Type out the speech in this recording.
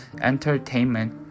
entertainment